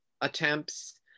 attempts